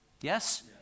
Yes